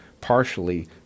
partially